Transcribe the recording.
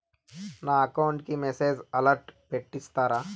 నా అకౌంట్ కి message alert పెట్టిస్తారా